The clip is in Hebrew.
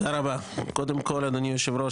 אדוני היושב-ראש,